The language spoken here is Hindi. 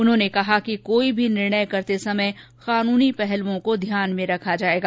उन्होंने कहा कि कोई भी निर्णय करते समय कानूनी पहलुओं को ध्यान में रखा जायेगा